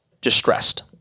distressed